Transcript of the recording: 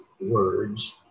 words